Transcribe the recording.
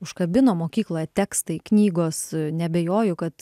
užkabino mokykloje tekstai knygos neabejoju kad